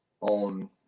on